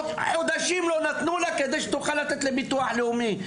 חודשים לא נתנו לה כדי שתוכל לתת לביטוח לאומי.